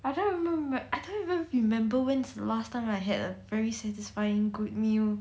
I don't remember I don't even remember when's the last time I had a very satisfying good meal